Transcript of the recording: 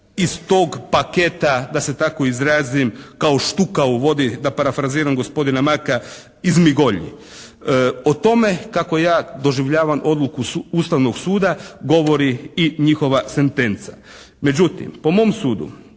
iz tog paketa da se tako izrazim, kao štuka u vodi da parafraziram gospodina Maka, izmigolji. O tome kako ja doživljavam odluku Ustavnog suda govori i njihova sentenca. Međutim po mom sudu